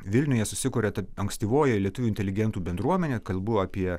vilniuje susikuria ta ankstyvoji lietuvių inteligentų bendruomenė kalbu apie